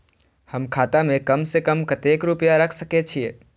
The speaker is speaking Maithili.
हम खाता में कम से कम कतेक रुपया रख सके छिए?